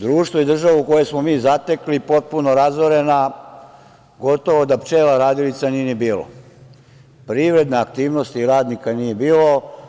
Društvo i državu koju smo mi zatekli potpuno razorena gotovo da pčela radilica nije ni bilo, privredna aktivnost i radnika nije bilo.